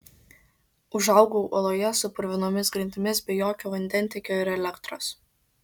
užaugau oloje su purvinomis grindimis be jokio vandentiekio ir elektros